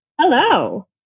Hello